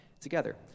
together